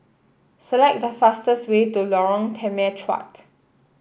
select the fastest way to Lorong Temechut